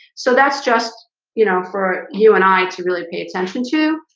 so that's just you know for you and i to really pay attention to